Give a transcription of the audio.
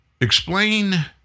explain